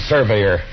Surveyor